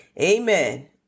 Amen